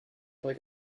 like